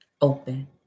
open